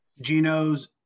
Geno's